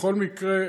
בכל מקרה,